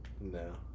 No